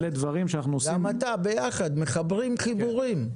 מחברים חיבורים.